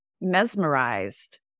mesmerized